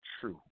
true